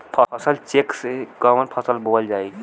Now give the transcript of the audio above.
फसल चेकं से कवन फसल बोवल जाई?